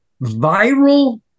viral